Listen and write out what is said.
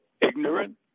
ignorant